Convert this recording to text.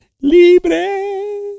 Libre